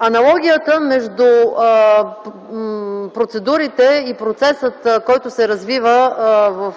Аналогията между процедурите и процеса, който се развива